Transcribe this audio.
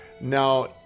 Now